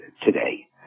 today